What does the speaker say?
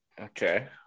okay